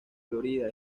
florida